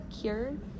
cured